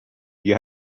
you